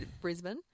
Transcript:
Brisbane